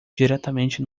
diretamente